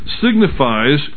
signifies